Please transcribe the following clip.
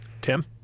Tim